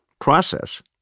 process